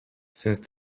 since